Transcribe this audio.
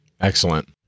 Excellent